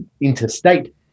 interstate